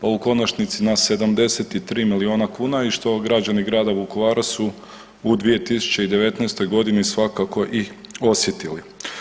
pa u konačnici na 73 milijuna kuna i što građani Grada Vukovara su u 2019.g. svakako i osjetili.